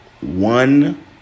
one